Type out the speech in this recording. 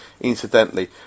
incidentally